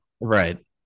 Right